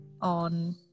on